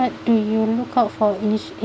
what do you look out for insurance